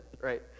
Right